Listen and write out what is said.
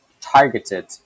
targeted